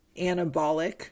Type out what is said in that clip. anabolic